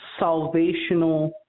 salvational